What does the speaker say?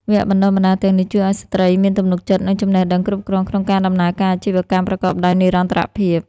វគ្គបណ្តុះបណ្តាលទាំងនេះជួយឱ្យស្ត្រីមានទំនុកចិត្ត និងចំណេះដឹងគ្រប់គ្រាន់ក្នុងការដំណើរការអាជីវកម្មប្រកបដោយនិរន្តរភាព។